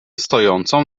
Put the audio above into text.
stojącą